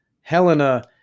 Helena